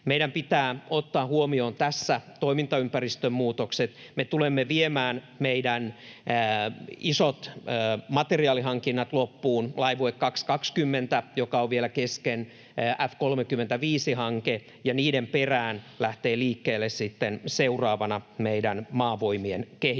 Meidän pitää ottaa huomioon tässä toimintaympäristön muutokset. Me tulemme viemään meidän isot materiaalihankinnat loppuun: Laivue 2020, joka on vielä kesken, F‑35-hanke, ja niiden perään seuraavana lähtee liikkeelle meidän Maavoimien kehittäminen.